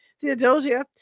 Theodosia